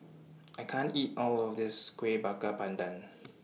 I can't eat All of This Kueh Bakar Pandan